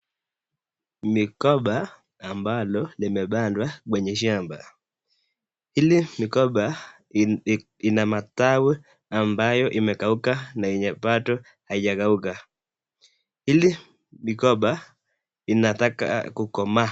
Migomba ambalo limepandwa kwenye shamba ,hili migomba ina matawi ambayo imekauka na yenye bado haijakauka hili migomba inataka kukomaa.